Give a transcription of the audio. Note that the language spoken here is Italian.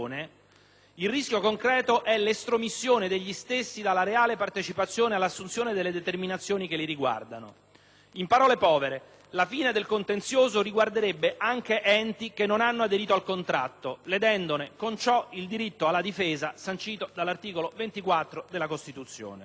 il rischio concreto è l'estromissione degli stessi dalla reale partecipazione all'assunzione delle determinazioni che li riguardano. In parole povere, la fine del contenzioso riguarderebbe anche enti che non hanno aderito al contratto, ledendone con ciò il diritto alla difesa sancito dall'articolo 24 della Costituzione.